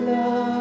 Love